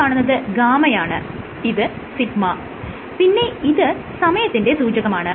ഈ കാണുന്നത് γ യാണ് ഇത് σ പിന്നെ ഇത് സമയത്തിന്റെ സൂചകമാണ്